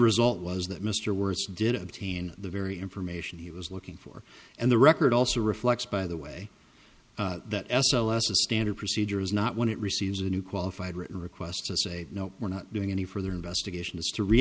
result was that mr wertz did obtain the very information he was looking for and the record also reflects by the way that s o s a standard procedure is not when it receives a new qualified written request to say no we're not doing any further investigation